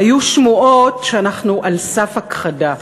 היו שמועות שאנחנו על סף הכחדה.